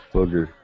Booger